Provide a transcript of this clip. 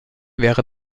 wäre